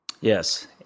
yes